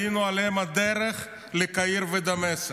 היינו על אם הדרך לקהיר ודמשק.